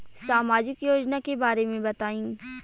सामाजिक योजना के बारे में बताईं?